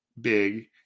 big